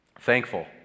Thankful